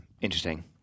interesting